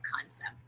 concept